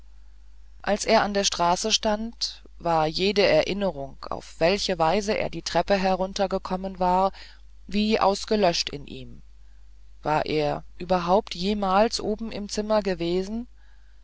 als er an der straße stand war jede erinnerung auf welche weise er die treppe heruntergekommen war wie ausgelöscht in ihm war er überhaupt jemals oben im zimmer gewesen